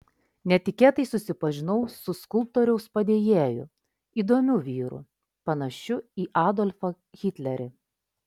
netikėtai susipažinau su skulptoriaus padėjėju įdomiu vyru panašiu į adolfą hitlerį